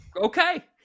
Okay